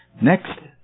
Next